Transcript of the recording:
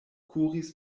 kuris